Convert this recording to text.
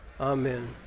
Amen